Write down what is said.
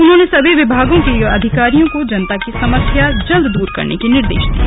उन्होंने सभी विभागों के अधिकारियों को जनता की समस्या जल्द दूर करने के निर्देश दिये